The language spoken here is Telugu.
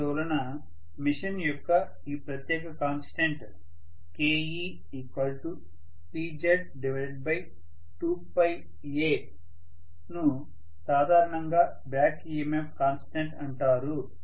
అందువలన మెషిన్ యొక్క ఈ ప్రత్యేక కాన్స్టెంట్KePZ2a ను సాధారణంగా బ్యాక్ EMF కాన్స్టెంట్ అంటారు